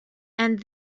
and